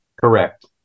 Correct